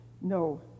no